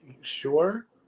Sure